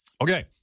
Okay